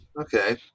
Okay